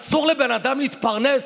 אסור לבן אדם להתפרנס?